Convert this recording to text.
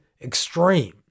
extreme